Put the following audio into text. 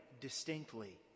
distinctly